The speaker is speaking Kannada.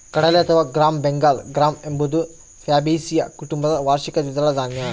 ಕಡಲೆ ಅಥವಾ ಗ್ರಾಂ ಬೆಂಗಾಲ್ ಗ್ರಾಂ ಎಂಬುದು ಫ್ಯಾಬಾಸಿಯ ಕುಟುಂಬದ ವಾರ್ಷಿಕ ದ್ವಿದಳ ಧಾನ್ಯ